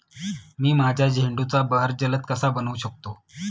मी माझ्या झेंडूचा बहर जलद कसा बनवू शकतो?